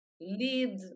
lead